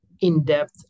in-depth